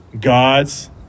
God's